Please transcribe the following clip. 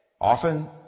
often